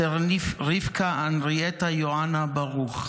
סרן רבקה הנרייטה יוהנה ברוך,